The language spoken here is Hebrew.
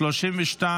הצעת